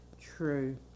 True